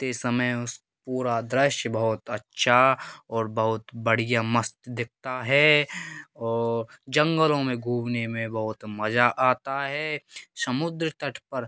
ते समय उस पूरा दृश्य बहुत अच्छा और बहुत बढ़िया मस्त दिखाता है जंगलों में घूमने में बहुत मज़ा आता है समुद्र तट पर